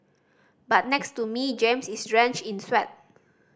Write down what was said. but next to me James is drenched in sweat